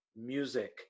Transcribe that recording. music